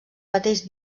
mateix